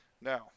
now